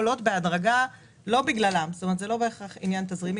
לדברים אחרים.